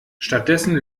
stattdessen